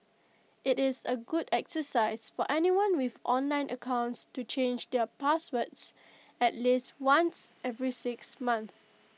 IT is A good exercise for anyone with online accounts to change their passwords at least once every six months